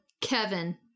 Kevin